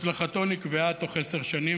הצלחתו נקבעה תוך עשר שנים,